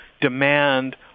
demand